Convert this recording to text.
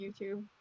YouTube